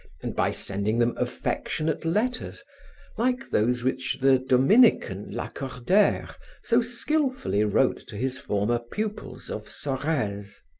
and by sending them affectionate letters like those which the dominican lacordaire so skillfully wrote to his former pupils of sorreze.